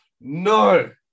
no